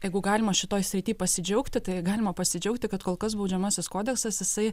jeigu galima šitoj srity pasidžiaugti tai galima pasidžiaugti kad kol kas baudžiamasis kodeksas jisai